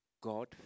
God